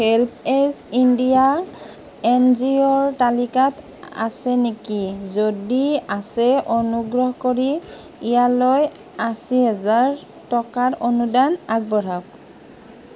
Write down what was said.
HelpAge India N G অ'ৰ তালিকাত আছে নেকি যদি আছে অনুগ্ৰহ কৰি ইয়ালৈ আশী হেজাৰ টকাৰ অনুদান আগবঢ়াওক